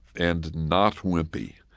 and not wimpy.